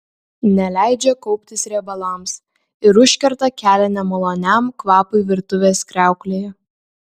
neleidžia kauptis riebalams ir užkerta kelią nemaloniam kvapui virtuvės kriauklėje